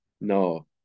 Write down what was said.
No